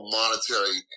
monetary